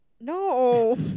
No